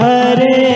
Hare